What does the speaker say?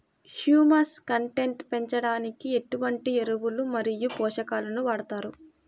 Humus content పెంచడానికి ఎటువంటి ఎరువులు మరియు పోషకాలను వాడతారు?